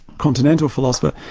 continental philosopher,